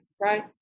right